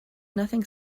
nothing